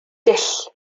dull